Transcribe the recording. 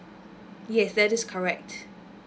yes that is correct